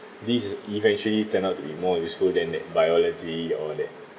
these eventually turned out to be more useful than that biology or that